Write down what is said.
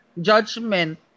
judgment